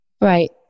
right